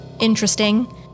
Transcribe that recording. interesting